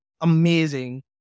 amazing